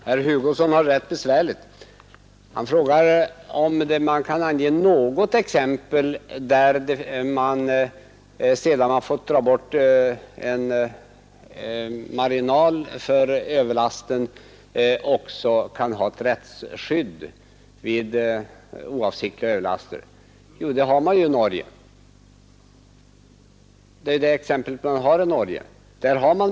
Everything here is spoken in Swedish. Herr talman! Herr Hugosson har det rätt besvärligt. Han frågar om det kan anges något exempel på att man får räkna bort en marginal för överlasten och sedan också har ett rättsskydd vid oavsiktliga överlaster. Ja, det är just den möjligheten man har i Norge.